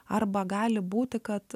arba gali būti kad